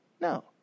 No